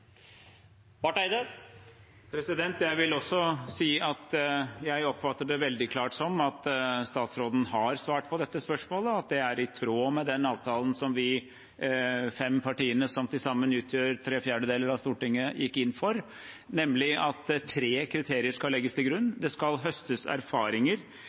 Jeg vil også si at jeg oppfatter veldig klart at statsråden har svart på dette spørsmålet – at det er i tråd med den avtalen som vi fem partiene som til sammen utgjør tre fjerdedeler av Stortinget, gikk inn for, nemlig at tre kriterier skal legges til